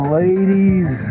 ladies